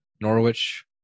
Norwich